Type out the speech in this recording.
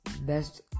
best